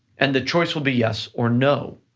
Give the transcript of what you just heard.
and the choice will be yes or no.